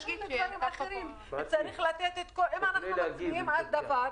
אם אנחנו מצביעים על דבר,